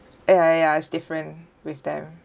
eh ya ya it's different with them